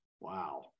Wow